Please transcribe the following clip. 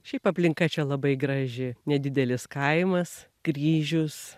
šiaip aplinka čia labai graži nedidelis kaimas kryžius